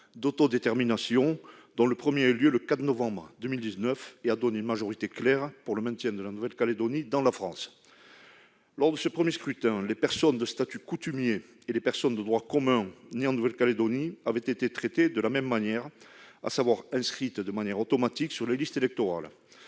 d'autodétermination, dont le premier a eu lieu le 4 novembre 2019 et a donné une majorité claire pour le maintien de la Nouvelle-Calédonie dans la France. Lors de ce premier scrutin, les personnes de statut coutumier et les personnes de droit commun nées en Nouvelle-Calédonie avaient été traitées de la même manière, à savoir qu'elles avaient été inscrites de manière automatique sur les listes électorales.